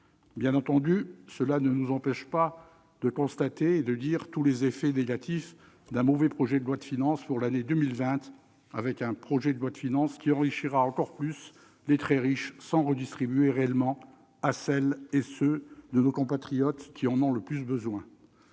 Pour autant, cela ne nous empêche pas de constater et de relever tous les effets négatifs d'un mauvais projet de loi de finances pour l'année 2020, qui enrichira encore plus les très riches sans redistribuer réellement à celles et ceux de nos compatriotes qui en ont le plus besoin,